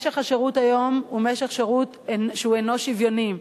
משך השירות היום הוא משך שירות שאינו שוויוני.